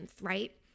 right